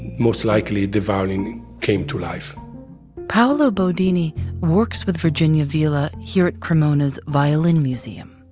most likely, the violin came to life paolo bodini works with virginia villa here at cremona's violin museum.